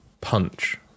punch